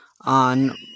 on